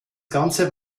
ganze